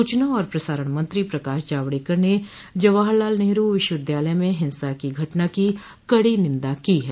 सूचना और प्रसारण मंत्री प्रकाश जावड़ेकर ने जवाहरलाल नेहरू विश्वविद्यालय में हिंसा की घटना की कड़ी निंदा की है